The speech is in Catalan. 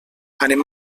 anem